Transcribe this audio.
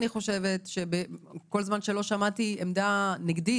אני חושבת שכל זמן שלא שמעתי עמדה נגדית,